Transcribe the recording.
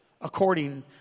According